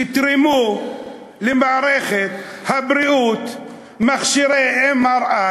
תתרמו למערכת הבריאות מכשירי MRI,